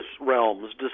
realms